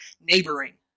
neighboring